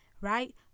right